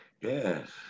Yes